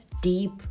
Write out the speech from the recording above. deep